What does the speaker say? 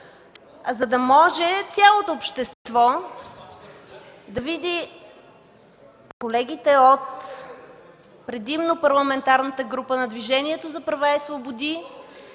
За да може цялото общество да види колегите от предимно Парламентарната група на Движението за права и свободи